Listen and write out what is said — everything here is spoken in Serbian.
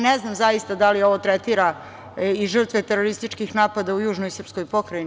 Ne znam zaista da li ovo tretira i žrtve terorističkih napada u južnoj srpskoj pokrajini.